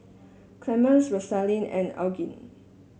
Clemens Rosaline and Elgin